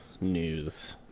news